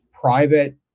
private